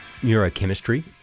neurochemistry